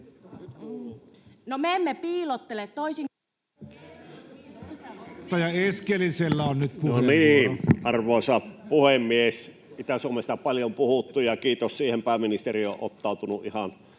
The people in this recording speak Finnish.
Content: No niin. — Arvoisa puhemies! Itä-Suomesta on paljon puhuttu, ja kiitos, siihen pääministeri on ottautunut ihan